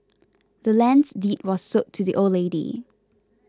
the land's deed was sold to the old lady